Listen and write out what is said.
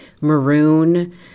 maroon